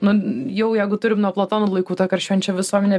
nu jau jeigu turim nuo platono laikų tą karščiuojančią visuomenę